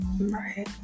Right